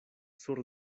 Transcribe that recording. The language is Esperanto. sur